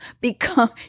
become